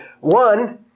One